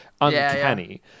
uncanny